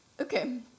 Okay